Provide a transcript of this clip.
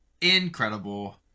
incredible